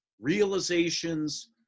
realizations